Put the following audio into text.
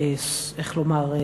איך לומר,